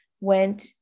went